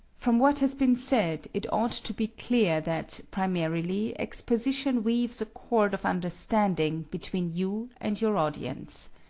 from what has been said it ought to be clear that, primarily, exposition weaves a cord of understanding between you and your audience.